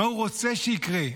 מה הוא רוצה שיקרה?